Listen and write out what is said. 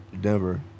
Denver